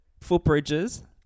Footbridges